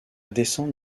descente